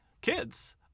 kids